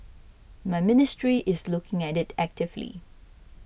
my ministry is looking at it actively